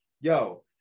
yo